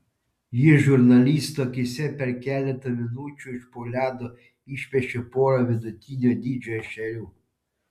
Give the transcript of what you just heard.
jis žurnalistų akyse per keletą minučių iš po ledo išpešė porą vidutinio dydžio ešerių